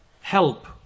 help